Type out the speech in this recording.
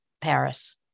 Paris